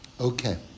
Okay